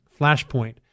flashpoint